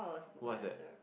what is that